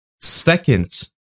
second